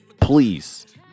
Please